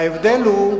ההבדל הוא,